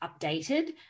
updated